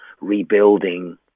rebuilding